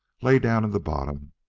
lay down in the bottom,